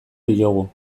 diogu